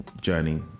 journey